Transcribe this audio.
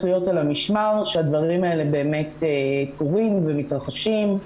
להיות על המשמר שהדברים האלה באמת קורים ומתרחשים.